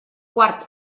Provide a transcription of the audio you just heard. quart